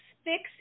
fix